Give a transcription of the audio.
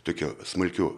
tokių smulkių